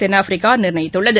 தென்னாப்பிரிக்கா நிர்ணயித்துள்ளது